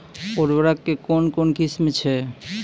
उर्वरक कऽ कून कून किस्म छै?